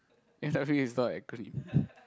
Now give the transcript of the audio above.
M_W is not acronym